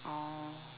oh